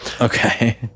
Okay